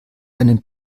einen